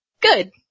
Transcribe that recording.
Good